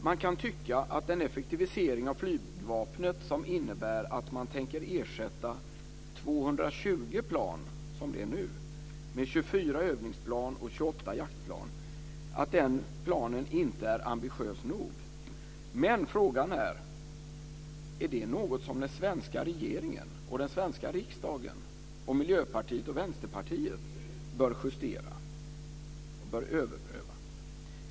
Man kan tycka att en effektivisering av flygvapnet som innebär att man tänker ersätta 220 plan, som det är nu, med 24 övningsplan och 28 jaktplan inte är ambitiös nog. Men frågan är om det är något som den svenska regeringen, den svenska riksdagen, Miljöpartiet och Vänsterpartiet bör justera och överpröva.